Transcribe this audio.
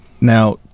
Now